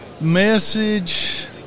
message